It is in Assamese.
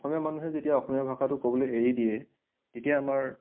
অসমীয়া মানুহে যেতিয়া অসমীয়া ভাষাটো ক'বলৈ এৰি দিয়ে তেতিয়া আমাৰ